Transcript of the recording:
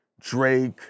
Drake